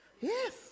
yes